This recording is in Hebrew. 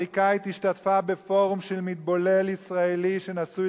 שרת החוץ האמריקנית השתתפה בפורום של מתבולל ישראלי שנשוי